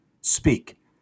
Speak